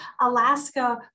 Alaska